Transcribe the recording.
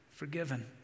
forgiven